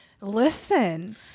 listen